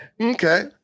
Okay